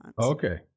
okay